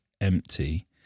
empty